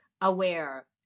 aware